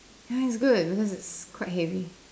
ya it's good cause it's quite heavy